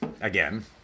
again